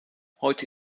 heute